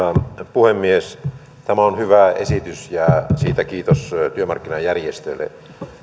puhemies tämä on hyvä esitys ja siitä kiitos työmarkkinajärjestöille